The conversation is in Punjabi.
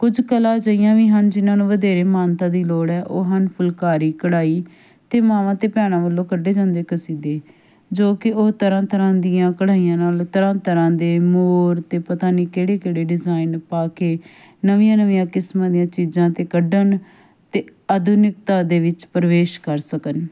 ਕੁਝ ਕਲਾ ਅਜਿਹੀਆਂ ਵੀ ਹਨ ਜਿਹਨਾਂ ਨੂੰ ਵਧੇਰੇ ਮਾਨਤਾ ਦੀ ਲੋੜ ਹੈ ਉਹ ਹਨ ਫੁਲਕਾਰੀ ਕਢਾਈ ਅਤੇ ਮਾਵਾਂ ਅਤੇ ਭੈਣਾਂ ਵੱਲੋਂ ਕੱਢੇ ਜਾਂਦੇ ਕਸੀਦੇ ਜੋ ਕਿ ਉਹ ਤਰ੍ਹਾਂ ਤਰ੍ਹਾਂ ਦੀਆਂ ਕਢਾਈਆਂ ਨਾਲ ਤਰ੍ਹਾਂ ਤਰ੍ਹਾਂ ਦੇ ਮੋਰ ਅਤੇ ਪਤਾ ਨਹੀਂ ਕਿਹੜੇ ਕਿਹੜੇ ਡਿਜ਼ਾਇਨ ਪਾ ਕੇ ਨਵੀਆਂ ਨਵੀਆਂ ਕਿਸਮਾਂ ਦੀਆਂ ਚੀਜ਼ਾਂ 'ਤੇ ਕੱਢਣ ਅਤੇ ਆਧੁਨਿਕਤਾ ਦੇ ਵਿੱਚ ਪ੍ਰਵੇਸ਼ ਕਰ ਸਕਣ